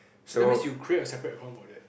so that means you create a separate account for that